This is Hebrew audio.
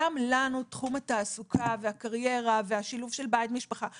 גם לנו תחום התעסוקה והקריירה והשילוב של בית ומשפחה הוא קשה.